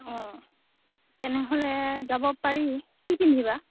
অঁ তেনেহ'লে যাব পাৰি কি পিন্ধিবা